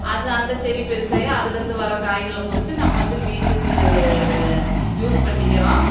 அதை அந்த செடி பெருசாகி அதுலேருந்து வர காய்களை பொறித்து நம்ம வந்து வீட்டுக்கு யூஸ் பண்ணிக்கிறோம்